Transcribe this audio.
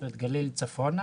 זאת אומרת גליל צפונה.